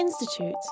Institute